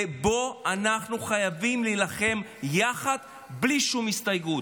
ובו אנחנו חייבים להילחם, יחד בלי שום הסתייגות.